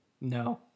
no